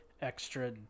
extra